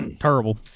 Terrible